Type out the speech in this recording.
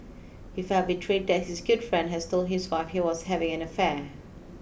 he felt betrayed that his good friend has told his wife he was having an affair